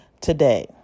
today